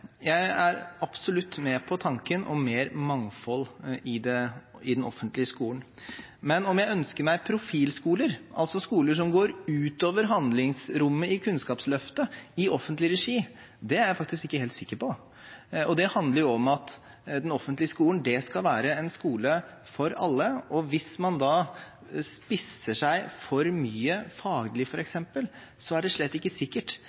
Jeg er absolutt med på tanken om mer mangfold i den offentlige skolen, men om jeg ønsker meg profilskoler – altså skoler som går utover handlingsrommet i Kunnskapsløftet – i offentlig regi, er jeg faktisk ikke helt sikker på. Det handler jo om at den offentlige skolen skal være en skole for alle, og hvis man da f.eks. spisser seg for mye faglig, er det slett ikke sikkert